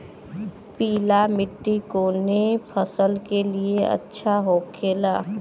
पीला मिट्टी कोने फसल के लिए अच्छा होखे ला?